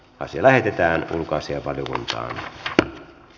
asia lähetetään ulkoasiainvaliokuntaan tuli